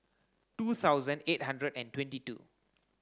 two thousand eight hundred and twenty two